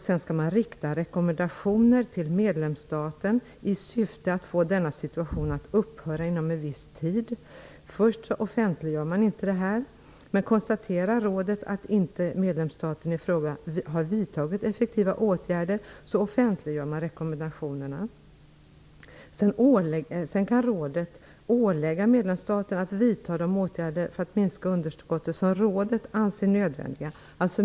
Sedan skall det riktas rekommendationer till medlemsstaten i syfte att få denna situation att upphöra inom en viss tid. Först offentliggör man inte detta. Men om rådet konstaterar att medlemsstaten i fråga inte har vidtagit effektiva åtgärder offentliggör man rekommendationerna. Rådet kan också ålägga medlemsstater att vidta de åtgärder för att minska underskottet som rådet anser nödvändiga.